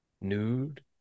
nude